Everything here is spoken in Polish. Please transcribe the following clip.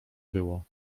było